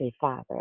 Father